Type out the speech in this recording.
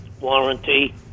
warranty